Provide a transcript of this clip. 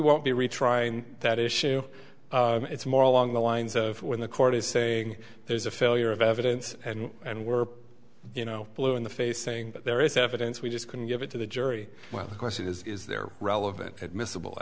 won't be retrying that issue it's more along the lines of when the court is saying there's a failure of evidence and we're you know blue in the face saying that there is evidence we just can give it to the jury well the question is is there relevant admissible